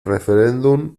referéndum